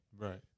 Right